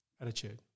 attitude